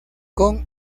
con